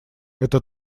это